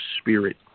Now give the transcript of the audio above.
spirit